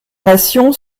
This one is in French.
nation